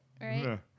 right